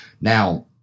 Now